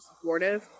supportive